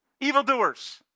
Evildoers